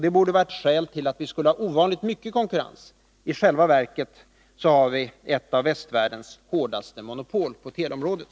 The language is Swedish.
Det borde vara ett skäl till att vi skulle ha ovanligt mycket konkurrens, men i själva verket har vi ett av västvärldens hårdaste monopol på teleområdet.